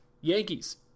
Yankees